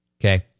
Okay